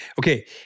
Okay